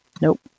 Nope